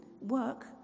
Work